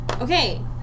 Okay